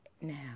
Now